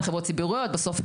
גם חברות ציבוריות בסוף,